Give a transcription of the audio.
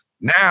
now